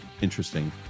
interesting